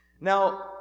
Now